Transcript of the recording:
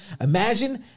Imagine